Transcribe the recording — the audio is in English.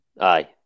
Aye